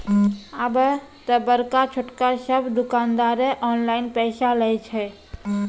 आबे त बड़का छोटका सब दुकानदारें ऑनलाइन पैसा लय छै